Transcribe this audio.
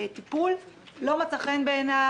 לא מצא חן בעיניו,